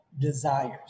desires